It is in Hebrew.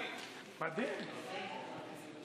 וכמה ישיבות